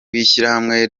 w’ishyirahamwe